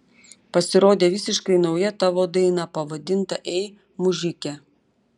pasirodė visiškai nauja tavo daina pavadinta ei mužike